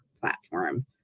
platform